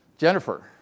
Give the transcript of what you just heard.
Jennifer